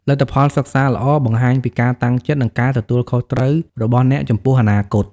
លទ្ធផលសិក្សាល្អបង្ហាញពីការតាំងចិត្ត និងការទទួលខុសត្រូវរបស់អ្នកចំពោះអនាគត។